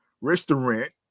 restaurant